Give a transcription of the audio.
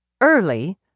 Early